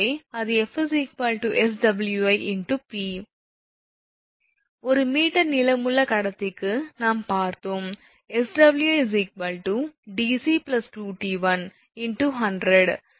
1 metre நீளமுள்ள கடத்திக்கு நாம் பார்த்தோம் 𝑆𝑤𝑖𝑑𝑐2𝑡1100